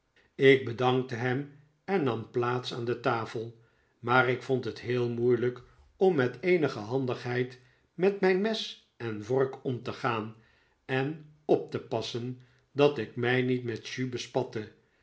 ik bedankte hem en nam plaats aan de tafel maar ik vond het heel moeilijk om met eenige handigheid met mijn mes en vork om te gaan en op te passen dat ik mij niet met jus bespatte